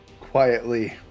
Quietly